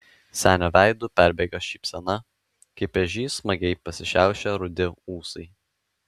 senio veidu perbėga šypsena kaip ežys smagiai pasišiaušę rudi ūsai